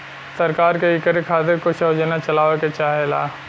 सरकार के इकरे खातिर कुछ योजना चलावे के चाहेला